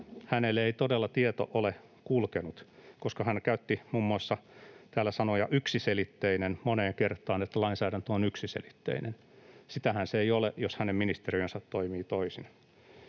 hänelle ei todella tieto ole kulkenut, koska hän käytti täällä muun muassa sanaa ”yksiselitteinen” moneen kertaan: lainsäädäntö on ”yksiselitteinen”. Sitähän se ei ole, jos hänen ministeriönsä toimii toisin.